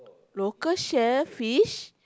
local shellfish